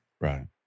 Right